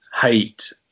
hate